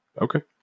Okay